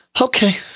Okay